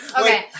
okay